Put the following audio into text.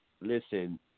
Listen